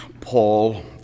Paul